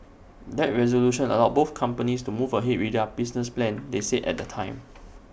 that resolution allowed both companies to move ahead with their business plans they said at the time